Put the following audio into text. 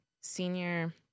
senior